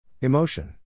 Emotion